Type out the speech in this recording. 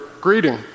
greeting